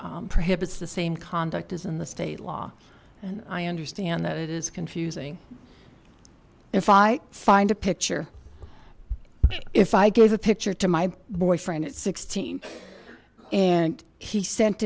prohibits the same conduct is in the state law and i understand that it is confusing if i find a picture if i gave a picture to my boyfriend at sixteen and he sent